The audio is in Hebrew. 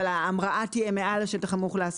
אבל ההמראה תהיה מעל לשטח המאוכלס,